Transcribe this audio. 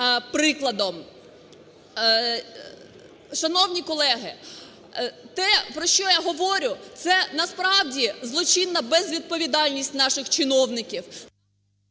прикладом. Шановні колеги, те, про що я говорю, це, насправді, злочинна безвідповідальність наших чиновників…